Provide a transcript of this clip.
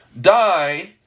die